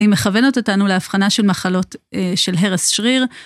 היא מכוונת אותנו להבחנה של מחלות של הרס שריר.